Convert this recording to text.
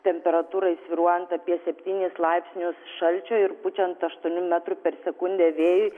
temperatūrai svyruojant apie septynis laipsnius šalčio ir pučiant aštuonių metrų per sekundę vėjui